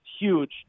huge